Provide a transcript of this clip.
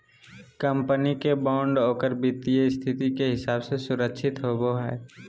company के bond ओकर वित्तीय स्थिति के हिसाब से सुरक्षित होवो हइ